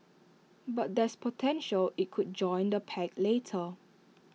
but there's potential IT could join the pact later